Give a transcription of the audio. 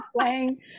playing